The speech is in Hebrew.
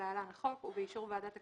ישיבת ועדת הכספים.